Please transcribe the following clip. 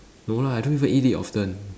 no lah I don't even eat it often